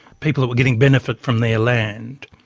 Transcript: people that were getting benefit from their land.